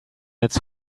its